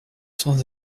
sans